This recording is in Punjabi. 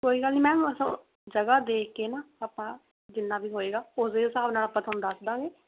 ਕੋਈ ਗੱਲ ਨਹੀਂ ਮੈਮ ਉਹ ਜਗ੍ਹਾ ਦੇਖ ਕੇ ਨਾ ਆਪਾਂ ਜਿੰਨਾ ਵੀ ਹੋਏਗਾ ਉਸ ਦੇ ਹਿਸਾਬ ਨਾਲ ਆਪਾਂ ਤੁਹਾਨੂੰ ਦੱਸ ਦੇਵਾਂਗੇ